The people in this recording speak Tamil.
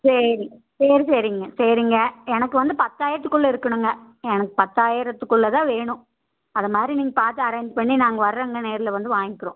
சரி சரி சரிங்க சரிங்க எனக்கு வந்து பத்தாயிரத்துக்குள்ளே இருக்கணுங்க எனக்கு பத்தாயிரத்துக்குள்ளேதான் வேணும் அத மாரி நீங்கள் பார்த்து அரேஞ்ச் பண்ணி நாங்கள் வரோங்க நேரில் வந்து வாங்கிக்குறோம்